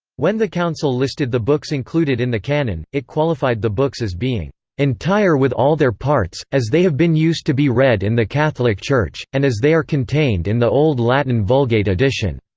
when the council listed the books included in the canon, it qualified the books as being entire with all their parts, as they have been used to be read in the catholic church, and as they are contained in the old latin vulgate edition.